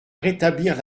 rétablir